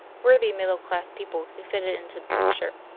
worthy middle-class people who fitted into the picture,